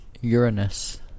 Uranus